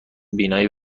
بینایی